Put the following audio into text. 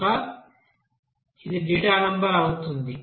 కనుక ఇది data number అవుతుంది